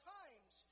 times